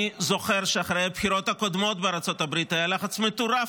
אני זוכר שאחרי הבחירות הקודמות בארצות הברית היה לחץ מטורף